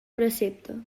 precepte